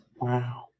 Wow